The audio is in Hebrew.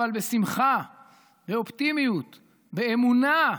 אבל בשמחה, באופטימיות, באמונה,